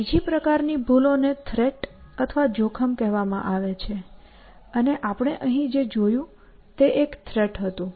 બીજી પ્રકારની ભૂલોને થ્રેટ અથવા જોખમ કહેવામાં આવે છે અને આપણે અહીં જે જોયું તે એક થ્રેટ હતું